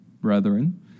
brethren